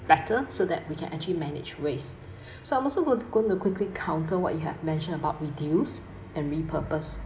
better so that we can actually manage waste so I'm also go going to quickly counter what you have mention about reduce and repurpose